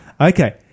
Okay